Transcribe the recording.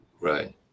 Right